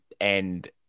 and-